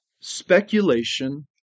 speculation